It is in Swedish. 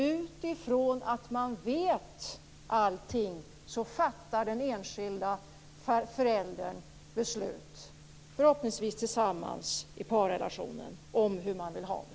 Utifrån att man vet allting fattar den enskilda föräldern beslut, förhoppningsvis tillsammans i parrelationen, om hur man vill ha det.